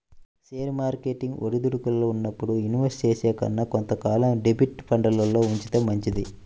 share market ఒడిదుడుకుల్లో ఉన్నప్పుడు invest చేసే కన్నా కొంత కాలం డెబ్ట్ ఫండ్లల్లో ఉంచితే మంచిది